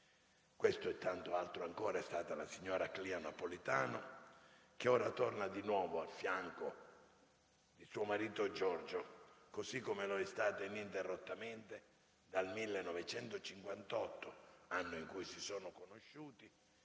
Questo e tanto altro ancora è stata la signora Clio Napolitano, che ora torna di nuovo a fianco di suo marito Giorgio, così come lo è stata ininterrottamente dal 1958, anno in cui si sono conosciuti,